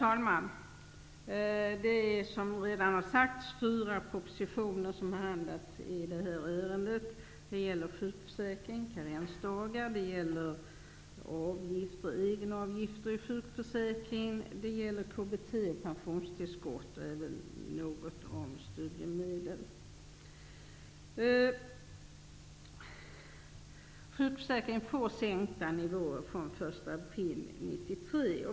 Herr talman! som redan har sagts behandlas i detta ärende fyra propositioner. De gäller ändringar i sjukförsäkringen, bl.a. införande av karensdag; en egenavgift inom den allmänna sjukförsäkringen, vissa ändringar vad gäller KBT, bl.a. avseende pensionstillskott, och studiemedlen. april 1993.